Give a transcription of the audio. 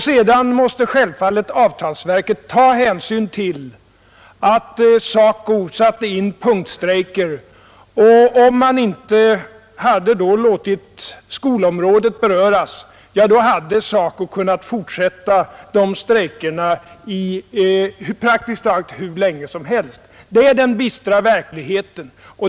Sedan måste avtalsverket självfallet ta hänsyn till att SACO satte in punktstrejker. Om man inte låtit skolområdet beröras, hade SACO kunnat fortsätta strejken praktiskt taget hur länge som helst. Det är den bistra verkligheten.